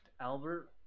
Albert